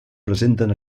presenten